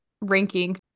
ranking